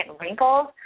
wrinkles